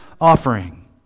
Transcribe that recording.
offering